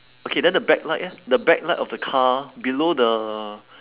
okay then the backlight eh the backlight of the car below the